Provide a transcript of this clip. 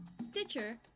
Stitcher